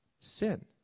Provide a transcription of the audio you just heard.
sin